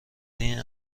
این